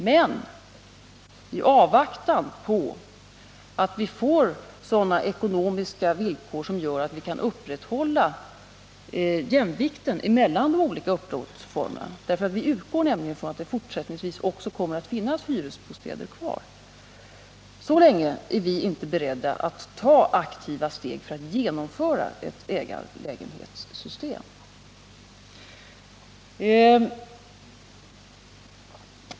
Men i avvaktan på att vi får sådana ekonomiska villkor att vi kan upprätthålla jämvikten mellan de olika upplåtelseformerna — vi utgår nämligen från att det fortsättningsvis också kommer att finnas hyresbostäder kvar — är vi inte beredda att ta aktiva steg för att genomföra ett ägarlägenhetssystem.